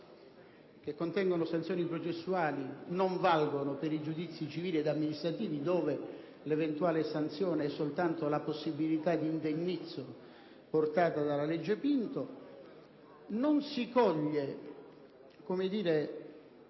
che contengono sanzioni processuali non valgono per i giudizi civili e amministrativi dove l'eventuale sanzione è soltanto la possibilità di indennizzo prevista dalla legge Pinto. Non si coglie